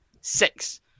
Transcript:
six